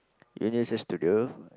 Universal-Studio